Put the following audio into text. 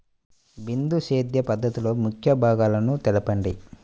బిందు సేద్య పద్ధతిలో ముఖ్య భాగాలను తెలుపండి?